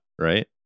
right